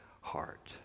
heart